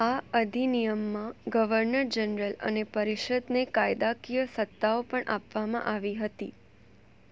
આ અધિનિયમમાં governor general અને પરિષદને કાયદાકીય સત્તાઓ પણ આપવામાં આવી હતી